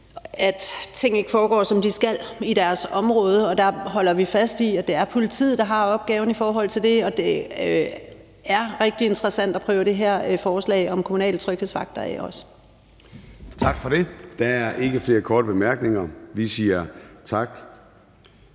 at ting ikke foregår, som de skal, i deres område. Der holder vi fast i, at det er politiet, der har opgaven i forhold til det, og det er rigtig interessant at prøve det her forslag om kommunale tryghedsvagter af også. Kl. 13:16 Formanden (Søren Gade): Tak for det. Der er ikke flere korte bemærkninger. Vi siger tak